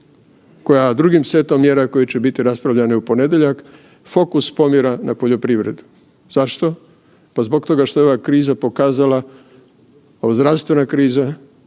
koja drugim setom mjera koje će biti raspravljane u ponedjeljak fokus pomjera na poljoprivredu. Zašto? Pa zbog toga što je ova kriza pokazala, pa zdravstvena kriza,